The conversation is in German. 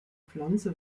pflanze